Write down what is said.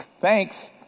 thanks